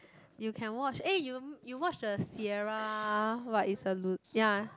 you can watch eh you you watch the sierra what is the lu~ ya